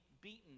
beaten